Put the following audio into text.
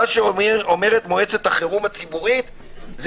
מה שאומרת מועצת החירום הציבורית זה